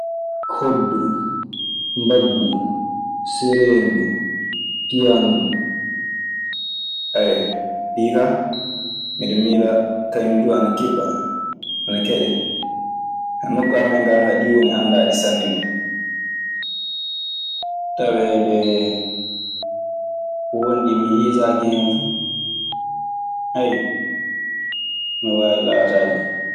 Hoddu, mbaggu, cereendu, piyano, a keƴa. Nokku amen gaa kaa, ɗii woni anndaaɗe sanne du. Taweede won ɗi mi hiisaaki hen fu, ana waawi laataade.